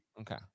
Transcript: okay